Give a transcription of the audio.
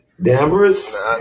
Damaris